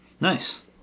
Nice